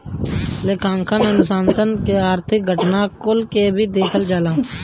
लेखांकन अनुसंधान में आर्थिक घटना कुल के भी देखल जाला